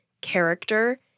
character